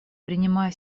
принимая